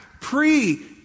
pre